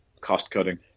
Cost-cutting